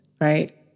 right